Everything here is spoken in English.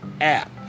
app